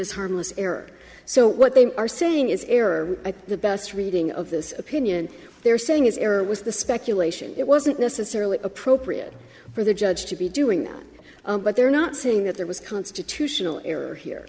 as harmless error so what they are saying is error the best reading of this opinion they're saying is error was the speculation it wasn't necessarily appropriate for the judge to be doing that but they're not saying that there was constitutional error here